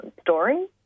story